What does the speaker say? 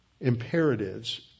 imperatives